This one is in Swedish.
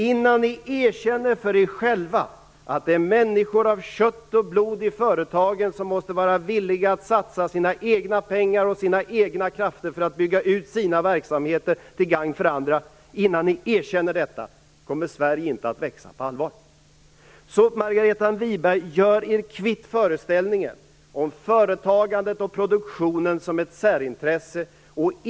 Innan ni erkänner för er själva att det är människor av kött och blod i företagen, som måste vara villiga att satsa sina egna pengar och sina egna krafter för att bygga ut sina verksamheter till gagn för andra, kommer Sverige inte att växa på allvar. Gör er kvitt föreställningen, Margareta Winberg, om företagandet och produktionen som ett särintresse.